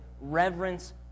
reverence